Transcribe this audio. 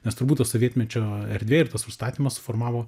nes tai būtų to sovietmečio erdvė ir tas užstatymas suformavo